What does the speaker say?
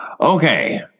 Okay